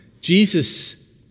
Jesus